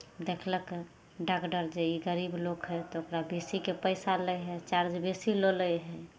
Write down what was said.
देखलक डागडर जे ई गरीब लोक हइ तऽ ओकरा बेसीके पैसा लै हइ चार्ज बेसी लऽ लै हइ